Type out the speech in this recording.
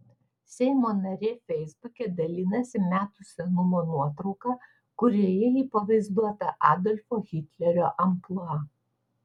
seimo narė feisbuke dalinasi metų senumo nuotrauka kurioje ji pavaizduota adolfo hitlerio amplua